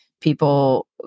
people